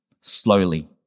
slowly